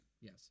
Yes